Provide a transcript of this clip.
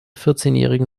vierzehnjährigen